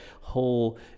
whole